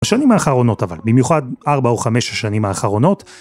השנים האחרונות אבל במיוחד 4 או 5 השנים האחרונות...